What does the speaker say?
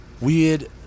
weird